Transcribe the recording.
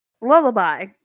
Lullaby